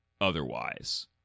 Otherwise